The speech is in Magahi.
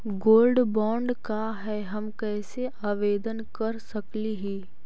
गोल्ड बॉन्ड का है, हम कैसे आवेदन कर सकली ही?